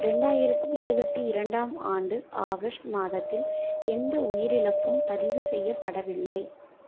ரெண்டாயிரத்தி இருபத்தி இரண்டாம் ஆண்டு ஆகஸ்ட் மாதத்தில் எந்த உயிரிழப்பும் பதிவு செய்யப்படவில்லை